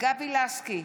גבי לסקי,